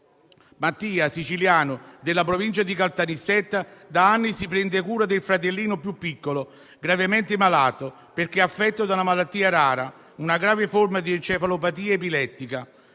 Mattia, siciliano della Provincia di Caltanissetta, da anni si prende cura del fratellino più piccolo gravemente malato perché affetto da una malattia rara, una grave forma di encefalopatia epilettica,